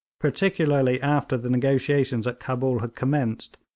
particularly after the negotiations at cabul had commenced,